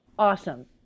Awesome